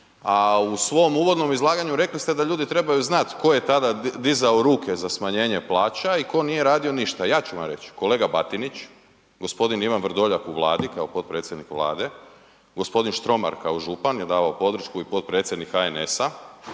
a u svom uvodnom izlaganju, rekli ste da ljudi trebaju znati tko je tada dizao ruke za smanjenje plaća i tko nije radio ništa. Ja ću vam reći, kolega Batinić, g. Ivan Vrdoljak u Vladi, kao potpredsjednik Vlade, g. Štromar kao župan je davao podršku i potpredsjednik HNS-a